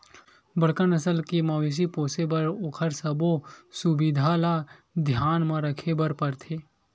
बड़का नसल के मवेशी पोसे बर ओखर सबो सुबिधा ल धियान म राखे बर परथे